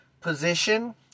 position